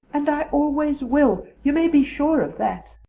and i always will, you may be sure of that.